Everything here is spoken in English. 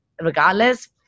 regardless